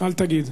אל תגיד.